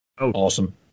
Awesome